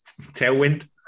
tailwind